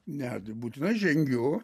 net būtinai žengiu